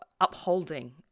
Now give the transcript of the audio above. upholding